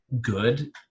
good